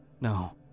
No